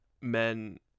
men